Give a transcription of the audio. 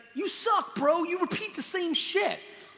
you suck, bro, you repeat the same shit.